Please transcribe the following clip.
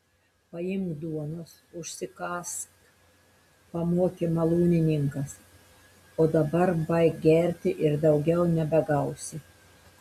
paimk duonos užsikąsk pamokė malūnininkas o dabar baik gerti ir daugiau nebegausi